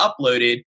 uploaded